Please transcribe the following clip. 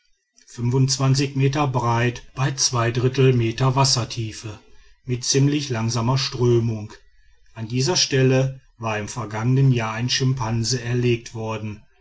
meter breit bei zweidrittel meter wassertiefe mit ziemlich langsamer strömung an dieser stelle war im vergangenen jahr ein schimpanse erlegt worden